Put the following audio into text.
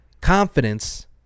confidence